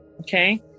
Okay